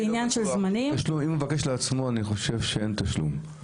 אם הוא מבקש לעצמו אני חושב שאין תשלום.